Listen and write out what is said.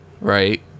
Right